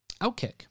Outkick